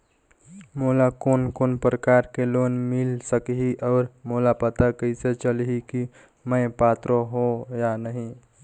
मोला कोन कोन प्रकार के लोन मिल सकही और मोला पता कइसे चलही की मैं पात्र हों या नहीं?